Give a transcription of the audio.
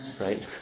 right